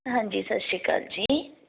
ਹਾਂਜੀ ਸਤਿ ਸ਼੍ਰੀ ਅਕਾਲ ਜੀ